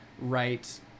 right